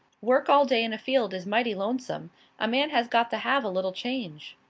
work all day in a field is mighty lonesome a man has got the have a little change.